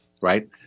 right